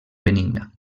benigna